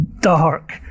dark